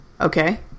Okay